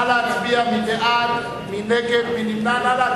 נא להצביע, מי בעד, מי נגד, מי נמנע.